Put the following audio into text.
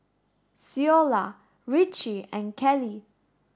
Ceola Ritchie and Keli